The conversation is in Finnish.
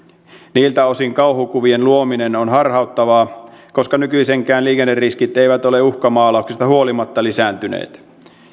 niiltä osin kauhukuvien luominen on harhauttavaa koska nykyisinkään liikenneriskit eivät ole uhkamaalauksista huolimatta lisääntyneet